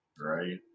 Right